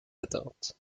atteintes